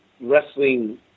wrestling